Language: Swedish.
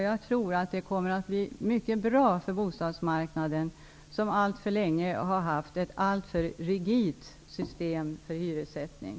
Jag tror att det kommer att vara mycket bra för bostadsmarknaden, som alltför länge har haft ett alltför stelt system för hyressättning.